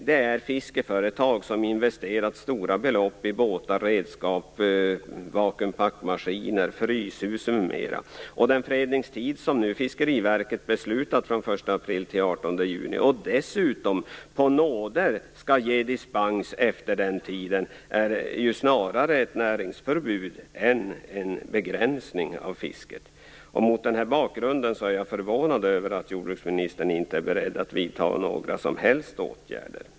Det handlar om fiskeföretag som har investerat stora belopp i båtar, redskap, vakuumpackmaskiner, fryshus m.m. Den fredningstid som Fiskeriverket nu har beslutat om, från den 1 april till den 18 juni - dessutom skall man på nåder ge dispens efter den tiden - är snarare ett näringsförbud än en begränsning av fisket. Mot den bakgrunden är jag förvånad över att jordbruksministern inte är beredd att vidta några åtgärder.